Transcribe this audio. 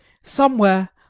somewhere,